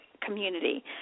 community